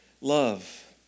love